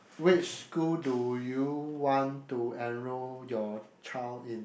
which school do you want to enrol your child in